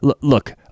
Look